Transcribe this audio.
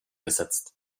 gesetzt